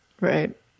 Right